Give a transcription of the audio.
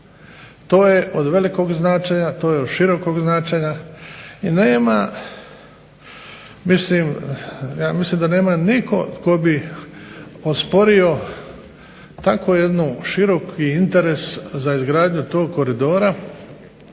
To je od velikog značaja, od širokog značaja mislim ja mislim da nema nitko tko bi osporio takvo jednu široki interes za izgradnju tog koridora,